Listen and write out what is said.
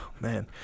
man